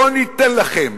לא ניתן לכם.